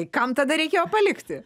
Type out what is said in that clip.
kam tada reikėjo palikti